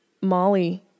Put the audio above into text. Molly